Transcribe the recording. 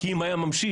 כי אם היה ממשיך,